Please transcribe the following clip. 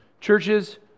Churches